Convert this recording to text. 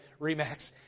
REMAX